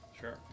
Sure